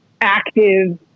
active